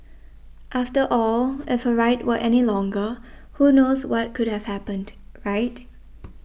after all if her ride were any longer who knows what could have happened right